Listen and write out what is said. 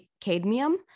cadmium